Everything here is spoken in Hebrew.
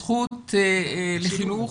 הזכות לחינוך